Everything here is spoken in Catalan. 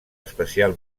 especial